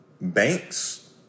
banks